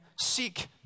Seek